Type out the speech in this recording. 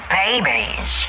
babies